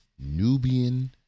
Nubian